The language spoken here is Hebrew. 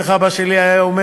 איך אבא שלי היה אומר?